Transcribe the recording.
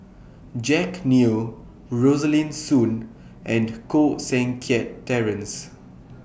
Jack Neo Rosaline Soon and Koh Seng Kiat Terence